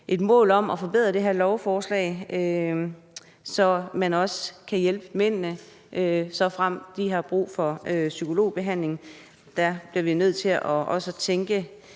et mål om at forbedre det her lovforslag, så man også skal hjælpe mændene, såfremt de har brug for psykologbehandling. Der bliver vi nødt til at tænke,